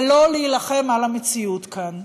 ולא להילחם על המציאות כאן.